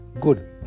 good